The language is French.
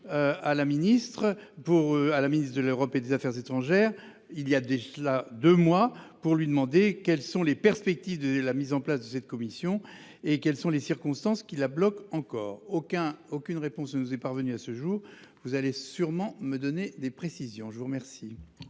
à la ministre de l'Europe et des Affaires étrangères. Il y a de cela de mois pour lui demander quelles sont les perspectives de la mise en place de cette commission et quelles sont les circonstances qui la bloque encore aucun, aucune réponse ne nous est parvenue à ce jour, vous allez sûrement me donner des précisions, je vous remercie.